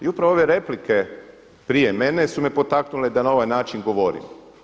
I upravo ove replike prije mene su me potaknule da na ovaj način govorim.